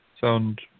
sound